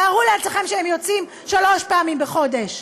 תארו לעצמכם שהם יוצאים שלוש פעמים בחודש,